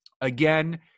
again